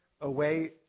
away